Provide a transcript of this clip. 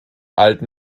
alten